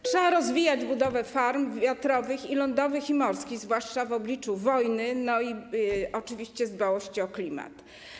Trzeba rozwijać budowę farm wiatrowych i lądowych, i morskich, zwłaszcza w obliczu wojny i z powodu oczywiście dbałości o klimat.